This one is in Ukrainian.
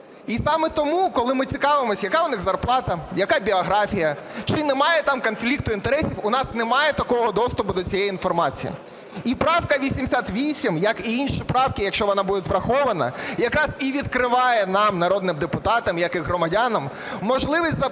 І саме тому, коли ми цікавимось, яка у них зарплата, яка біографія, чи немає там конфлікту інтересів, у нас немає такого доступу до цієї інформації. І правка 88 як і інші правки, якщо вона буде врахована, якраз і відкриває нам народним депутатам як і громадянам можливість запитати: